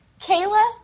Kayla